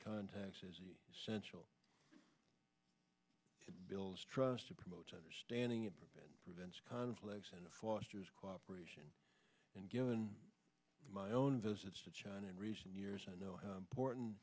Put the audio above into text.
contacts as the central builds trust to promote understanding it prevents conflicts and fosters cooperation and given my own visits to china in recent years i know how important